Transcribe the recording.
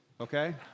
okay